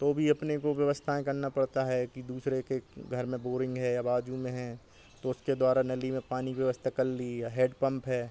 तो भी अपने को व्यवस्थाएँ करना पड़ता है कि दूसरे के घर में बोरिंग है या बाज़ू में हैं तो उसके द्वारा नली में पानी की व्यवस्था कर लिया हेड पम्प है